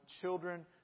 children